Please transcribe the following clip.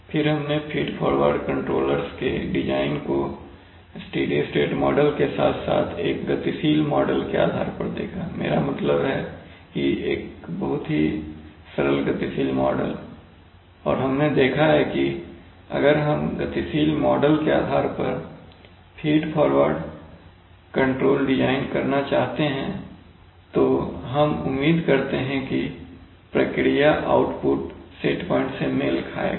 फिर हमने feedforward controllers के डिज़ाइन को स्टेडी स्टेट मॉडल के साथ साथ एक गतिशील मॉडल के आधार पर देखा है मेरा मतलब है कि एक बहुत ही सरल गतिशील मॉडल और हमने देखा है कि अगर हम गतिशील मॉडल के आधार पर फ़ीडफॉरवर्ड कंट्रोलर डिज़ाइन करना चाहते हैं तो हम उम्मीद करते हैं कि प्रक्रिया आउटपुट सेट प्वाइंट से मेल खाएगा